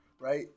Right